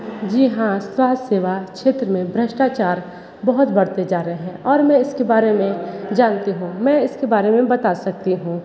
जी हाँ स्वास्थ्य सेवा क्षेत्र में भ्रष्टाचार बहुत बढ़ते जा रहे हैं और मैं इसके बारे में जानती हूँ मैं इसके बारे में बता सकती हूँ